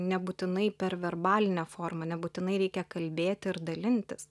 nebūtinai per verbalinę formą nebūtinai reikia kalbėti ir dalintis